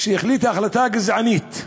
החליטה החלטה גזענית.